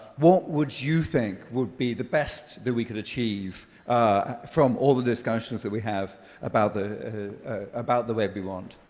what would you think would be the best that we could achieve from all the discussions that we have about the about the web we want?